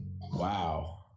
wow